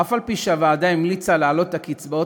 אף-על-פי שהוועדה המליצה להעלות את הקצבאות